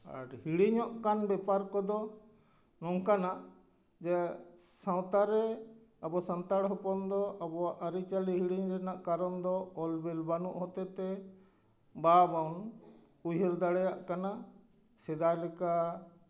ᱟᱨ ᱦᱤᱲᱤᱧᱚᱜ ᱠᱟᱱ ᱵᱮᱯᱟᱨ ᱠᱚᱫᱚ ᱱᱚᱝᱠᱟᱱᱟᱜ ᱡᱮ ᱥᱟᱶᱛᱟ ᱨᱮ ᱟᱵᱚ ᱥᱟᱱᱛᱟᱲ ᱦᱚᱯᱚᱱ ᱫᱚ ᱟᱵᱚᱣᱟᱜ ᱟᱵᱚᱣᱟᱜ ᱟᱹᱨᱤᱪᱟᱹᱞᱤ ᱦᱤᱲᱤᱧ ᱨᱮᱭᱟᱜ ᱠᱟᱨᱚᱱ ᱫᱚ ᱚᱞ ᱵᱤᱞ ᱵᱟᱹᱱᱩᱜ ᱦᱚᱛᱮ ᱛᱮ ᱵᱟᱵᱚᱱ ᱩᱭᱦᱟᱹᱨ ᱫᱟᱲᱮᱭᱟᱜ ᱠᱟᱱᱟ ᱥᱮᱫᱟᱭ ᱞᱮᱠᱟ